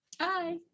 hi